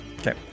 Okay